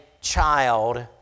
child